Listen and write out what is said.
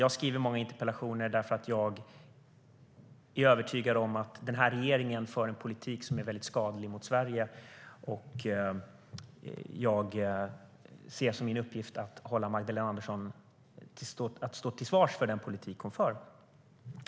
Jag skriver många interpellationer därför att jag är övertygad om att den här regeringen för en politik som är väldigt skadlig för Sverige, och jag ser som min uppgift att få Magdalena Andersson att stå till svars för den politik hon för.